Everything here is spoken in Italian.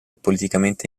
politicamente